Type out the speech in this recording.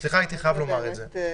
סליחה, הייתי חייב לומר את זה.